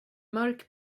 mörk